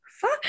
Fuck